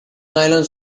nylon